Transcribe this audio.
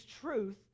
truth